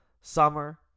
summer